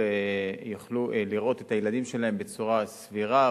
יוכלו לראות את הילדים שלהם בצורה סבירה,